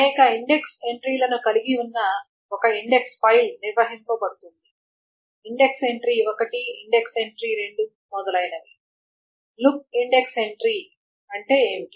అనేక ఇండెక్స్ ఎంట్రీలను కలిగి ఉన్న ఒక ఇండెక్స్ ఫైల్ నిర్వహించబడుతుంది ఇండెక్స్ ఎంట్రీ 1 ఇండెక్స్ ఎంట్రీ 2 మొదలైనవి లుక్ ఇండెక్స్ ఎంట్రీ అంటే ఏమిటి